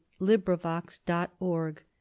LibriVox.org